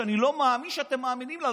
שאני לא מאמין שאתם מאמינים לה.